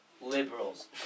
Liberals